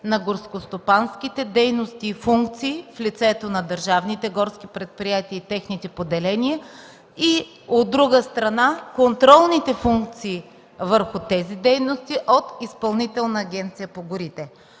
на горскостопанските дейности и функции в лицето на държавните горски предприятия и техните поделения и, от друга страна, контролните функции върху тези дейности от Изпълнителна агенция по горите.